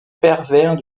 pervers